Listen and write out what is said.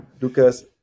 Lucas